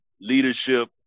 leadership